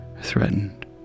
threatened